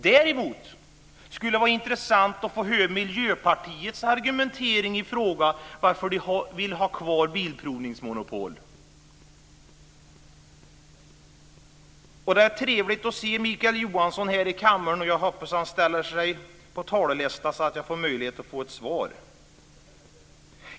Däremot skulle det vara intressant att få höra Miljöpartiets argumentering i frågan och varför miljöpartisterna vill ha kvar bilprovningsmonopolet. Det är trevligt att se Mikael Johansson här i kammaren. Jag hoppas att han ställer sig på talarlistan så att jag har möjlighet att få ett svar.